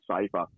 safer